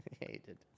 Hated